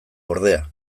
ordea